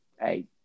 hey